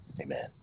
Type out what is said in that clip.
Amen